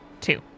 Two